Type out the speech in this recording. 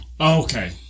Okay